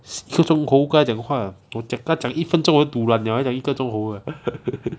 一个钟头跟他讲话我跟他讲一分钟我 dulan liao 要讲一个钟头啊